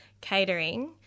Catering